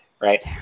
right